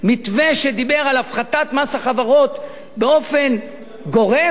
מתווה שדיבר על הפחתת מס החברות באופן גורף,